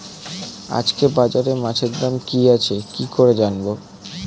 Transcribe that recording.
আজকে বাজারে মাছের দাম কি আছে কি করে জানবো?